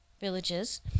villages